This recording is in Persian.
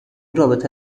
رابطه